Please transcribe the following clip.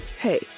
Hey